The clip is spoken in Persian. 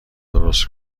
درست